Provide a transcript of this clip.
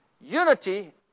unity